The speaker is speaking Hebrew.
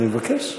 אני מבקש.